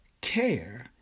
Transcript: Care